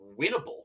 winnable